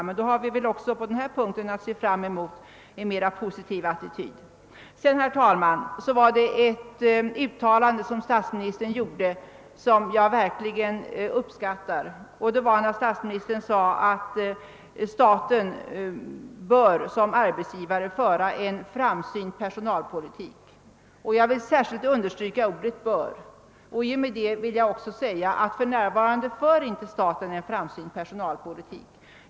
Men vi har tydligen på denna punkt nu att se fram emot en positivare attityd. Herr talman! Statsministern gjorde vidare ett uttalande som jag verkligen uppskattar, nämligen att staten som arbetsgivare bör föra en framsynt personalpolitik. Jag vill särskilt understryka ordet »bör«», vilket innebär att jag tycker att staten för närvarande inte för någon framsynt personalpolitik.